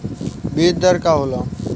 बीज दर का होला?